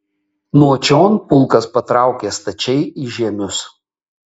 nuo čion pulkas patraukė stačiai į žiemius